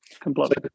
Completely